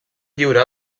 lliurar